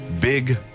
Big